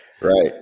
Right